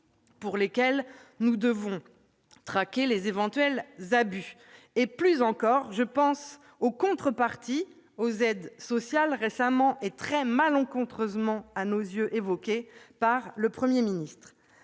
pour lesquelles nous devons traquer les éventuels abus. Plus encore, je pense aux contreparties aux aides sociales récemment et très malheureusement évoquées par le Premier ministre.